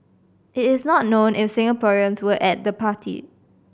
it is not known if Singaporeans were at the party